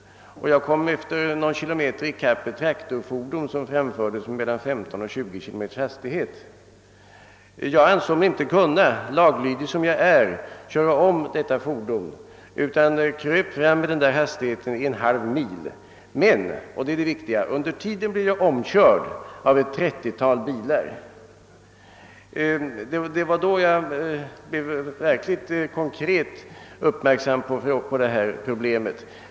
Efter någon km körde jag ifatt ett traktorfordon som framfördes med en hastighet av 15—20 km i timmen. Jag ansåg mig inte kunna köra om detta fordon, laglydig som jag är, utan kröp fram med denna hastighet i en halv mil men — och det är detta som är det viktiga — under tiden blev jag omkörd av ett 30-tal bilar. Därigenom blev jag verkligen konkret uppmärksammad på detta problem.